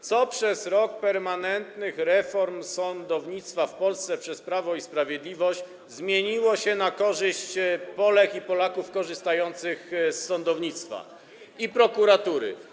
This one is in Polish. Co przez rok permanentnych reform sądownictwa w Polsce przeprowadzanych przez Prawo i Sprawiedliwość zmieniło się na korzyść dla Polek i Polaków korzystających z sądownictwa i prokuratury?